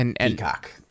Peacock